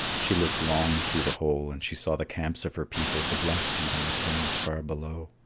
she looked long through the hole, and she saw the camps of her people, the blackfeet, on the plains far below.